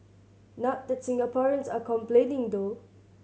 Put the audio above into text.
not that Singaporeans are complaining though